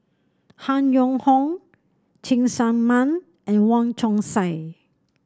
Han Yong Hong Cheng Tsang Man and Wong Chong Sai